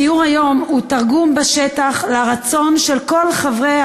הסיור היום הוא תרגום בשטח לרצון של כל חברי